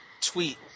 tweet